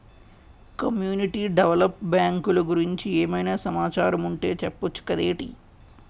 community develop బ్యాంకులు గురించి ఏమైనా సమాచారం ఉంటె చెప్పొచ్చు కదేటి